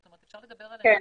חדש,